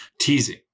teasing